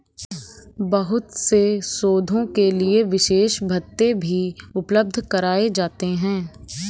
बहुत से शोधों के लिये विशेष भत्ते भी उपलब्ध कराये जाते हैं